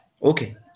Okay